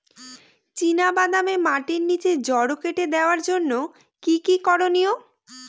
চিনা বাদামে মাটির নিচে জড় কেটে দেওয়ার জন্য কি কী করনীয়?